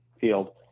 field